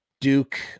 Duke